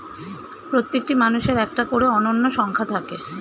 প্রত্যেকটি মানুষের একটা করে অনন্য সংখ্যা থাকে